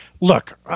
look